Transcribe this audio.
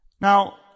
Now